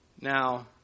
Now